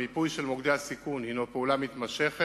המיפוי של מוקדי הסיכון הינו פעולה מתמשכת,